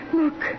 look